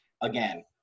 again